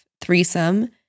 threesome